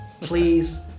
please